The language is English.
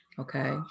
Okay